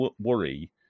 worry